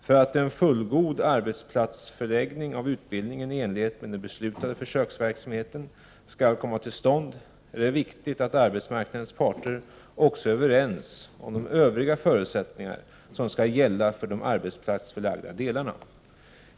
För att en fullgod arbetsplatsförläggning av utbildning i enlighet med den beslutade försöksverksamheten skall komma till stånd är det viktigt att arbetsmarknadens parter också är överens om de övriga förutsättningar som skall gälla för de arbetsplatsförlagda delarna.